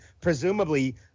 presumably